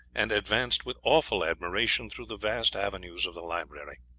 and advanced with awful admiration through the vast avenues of the library.